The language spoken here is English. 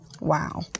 Wow